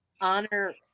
honor